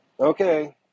okay